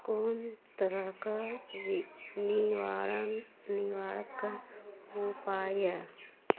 कोन तरहके निवारण निवारक उपाय